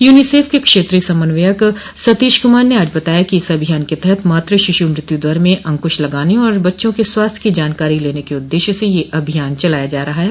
UNICEF के क्षेत्रीय समन्वयक सतीश कुमार न आज बताया कि इस अभियान के तहत मातु शिशु मृत्यु दर में अंकुश लगाने और बच्चों के स्वास्थ्य की जानकारी लेने के उददेश्य से यह अभियान चलाया जा रहा है